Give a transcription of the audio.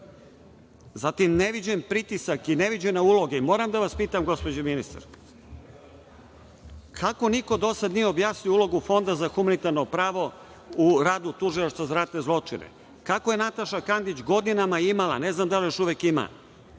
Zatim, neviđen pritisak i neviđene uloge. Moram da vas pitam, gospođo ministar, kako niko do sada nije objasnio ulogu Fonda za humanitarno pravo u radu Tužilaštva za ratne zločine? Kako je Nataša Kandić godinama imala, ne znam da li još uvek ima,